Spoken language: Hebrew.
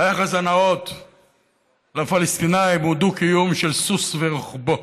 ביחס הנאות לפלסטינים, הוא דו-קיום של סוס ורוכבו.